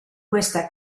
questa